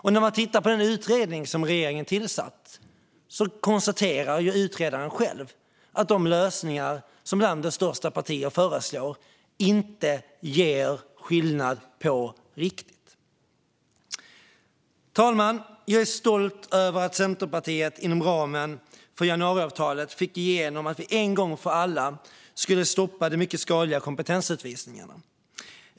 I betänkandet från den utredning som regeringen har tillsatt konstaterar utredaren själv att de lösningar som landets största partier föreslår inte gör skillnad på riktigt. Fru talman! Jag är stolt över att Centerpartiet inom ramen för januariavtalet fick igenom att vi en gång för alla skulle stoppa de mycket skadliga kompetensutvisningarna.